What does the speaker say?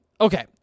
Okay